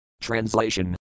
Translation